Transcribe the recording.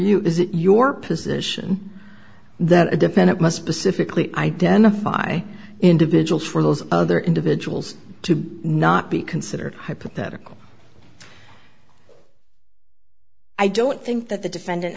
you is it your position that a defendant must pacifically identify individuals for those other individuals to not be considered hypotheticals i don't think that the defendant